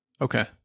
Okay